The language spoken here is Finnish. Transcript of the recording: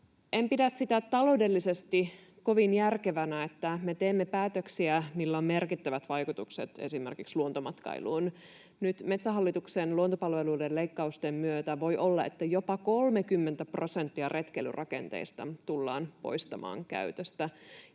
En pidä sitä taloudellisesti kovin järkevänä, että me teemme päätöksiä, millä on merkittävät vaikutukset esimerkiksi luontomatkailuun. Nyt Metsähallituksen luontopalveluiden leikkausten myötä voi olla, että jopa 30 prosenttia retkeilyrakenteista tullaan poistamaan käytöstä.